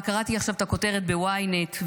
קראתי עכשיו את הכותרת ב-ynet,